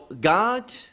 God